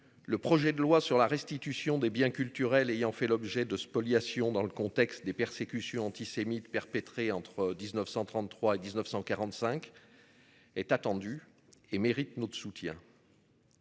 Le projet de loi sur la restitution des biens culturels ayant fait l'objet de spoliation dans le contexte des persécutions antisémites perpétrés entre 1933 et 1945. Est attendu et mérite notre soutien.